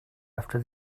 after